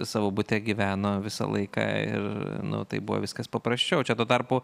savo bute gyveno visą laiką ir nu tai buvo viskas paprasčiau čia tuo tarpu